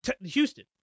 Houston